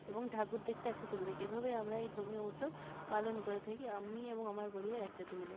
এবং ঠাকুর দেখতে একসাথে বেড়াই এভাবে আমরা এই ধর্মীয় উৎসব পালন করে থাকি আমি এবং আমার পরিবার একসাথে মিলে